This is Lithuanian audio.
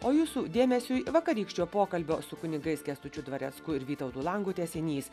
o jūsų dėmesiui vakarykščio pokalbio su kunigais kęstučiu dvarecku ir vytautu langu tęsinys